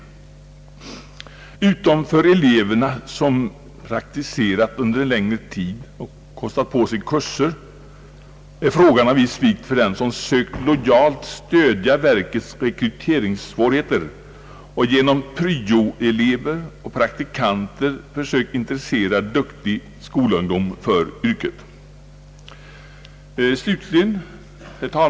Förutom för eleverna som praktiserat under en längre tid och kostat på sig kurser är frågan av viss vikt för den som sökt lojalt lätta verkets rekryteringssvårigheter och genom pryoelever och praktikanter försökt intressera duktig skolungdom för yrket.